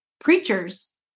preachers